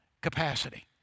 capacity